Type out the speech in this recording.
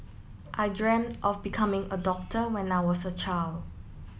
I dreamt of becoming a doctor when I was a child